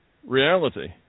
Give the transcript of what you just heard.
Reality